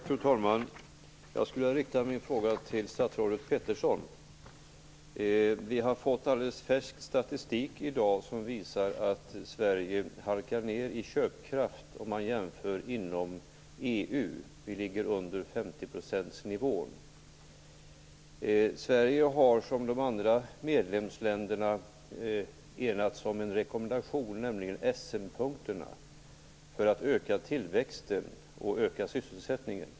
Fru talman! Jag skulle vilja rikta min fråga till statsrådet Peterson. Vi har fått alldeles färsk statistik i dag som visar att Sverige halkar ned i köpkraft om man gör en jämförelse inom EU. Vi ligger under 50-procentsnivån. Sverige har som de andra medlemsländerna enats om en rekommendation, nämligen Essenpunkterna, för att öka tillväxten och sysselsättningen.